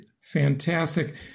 Fantastic